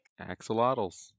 Axolotls